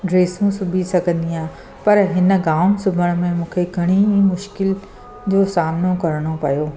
ड्रेसूं सिबी सघंदी आहियां पर हिन गाउन सिबण में मूंखे घणेई मुश्किल जो सामिनो करिणो पियो